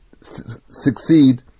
succeed